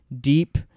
deep